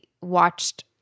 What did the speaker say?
watched –